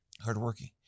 Hardworking